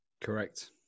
Correct